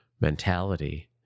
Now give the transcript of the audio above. mentality